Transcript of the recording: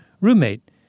roommate